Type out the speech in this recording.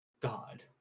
God